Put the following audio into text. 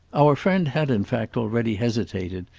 our friend had in fact already hesitated,